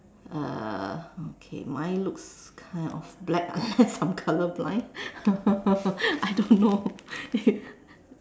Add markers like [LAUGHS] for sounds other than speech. uh okay mine looks kind of black [LAUGHS] I'm colour blind [LAUGHS] I don't know [LAUGHS]